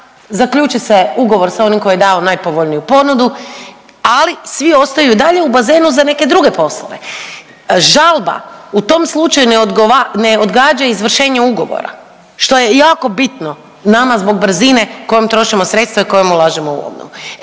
zaključi se ugovor sa onim koji je dao najpovoljniju ponudu, ali svi ostaju i dalje u bazenu za neke druge poslove. Žalba u tom slučaju ne odgađa izvršenje ugovora, što je jako bitna nama zbog brzine kojom trošimo sredstva i kojom ulažemo u obnovu.